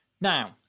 Now